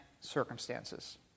circumstances